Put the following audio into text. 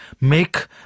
make